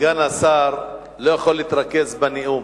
סגן השר לא יכול להתרכז בנאום.